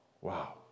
Wow